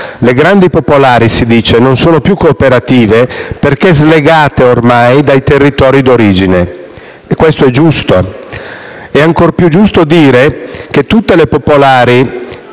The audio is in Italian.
le grandi popolari non sono più cooperative perché slegate ormai dai territori d'origine. Ciò è giusto, ma è ancor più giusto dire che tutte le popolari